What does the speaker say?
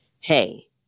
hey